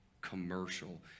commercial